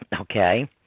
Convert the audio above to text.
Okay